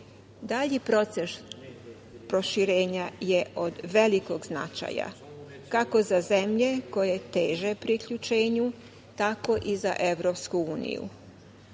proces proširenja je od velikog značaja, kao za zemlje koje teže priključenju, tako i za EU.Dinamika